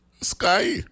Sky